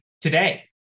today